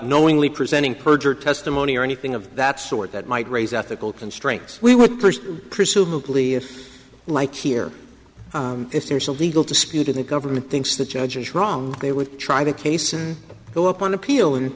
knowingly presenting perjured testimony or anything of that sort that might raise ethical constraints we would presumably like to hear if there is a legal dispute in the government thinks the judge is wrong they would try the case and go up on appeal and